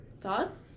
Thoughts